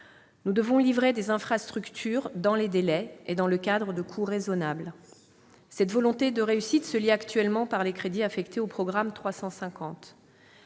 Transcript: Nous devons livrer des infrastructures dans les délais et dans le cadre de coûts raisonnables. Cette volonté de réussite se traduit actuellement par les crédits affectés au programme 350.